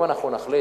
אם אנחנו נחליט,